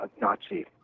nazi